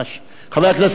חבר הכנסת מג'אדלה.